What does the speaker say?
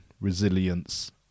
resilience